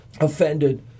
offended